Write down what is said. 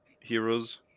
heroes